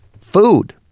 food